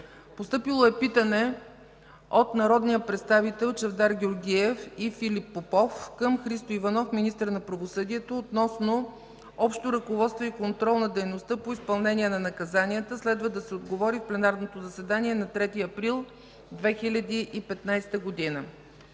3 април 2015 г.; - народните представители Чавдар Георгиев и Филип Попов към Христо Иванов – министър на правосъдието, относно общо ръководство и контрол на дейността по изпълнение на наказанията. Следва да се отговори в пленарното заседание на 3 април 2015 г.